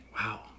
wow